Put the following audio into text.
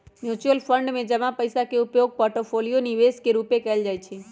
mutual fund में जमा पइसा के उपयोग पोर्टफोलियो निवेश के रूपे कएल जाइ छइ